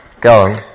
Go